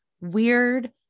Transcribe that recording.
weird